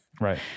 Right